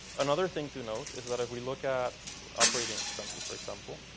another thing to note is that, if we look at operating expenses for example,